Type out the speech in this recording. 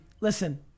Listen